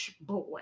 boy